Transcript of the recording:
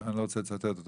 אני לא רוצה לצטט אותו,